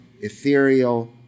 ethereal